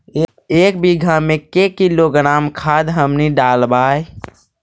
एक बीघा मे के किलोग्राम खाद हमनि डालबाय?